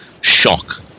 shock